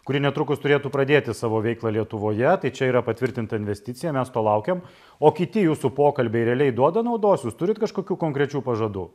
kuri netrukus turėtų pradėti savo veiklą lietuvoje tai čia yra patvirtinta investicija mes to laukiam o kiti jūsų pokalbiai realiai duoda naudos jūs turit kažkokių konkrečių pažadų